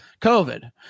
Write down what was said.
COVID